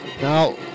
Now